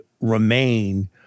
remain